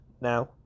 now